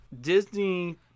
Disney